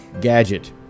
Gadget